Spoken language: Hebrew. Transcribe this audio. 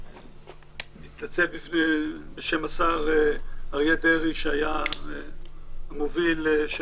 אני מתנצל בשם השר אריה דרעי שהיה המוביל של